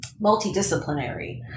multidisciplinary